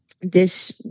dish